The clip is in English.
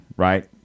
Right